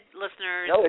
listeners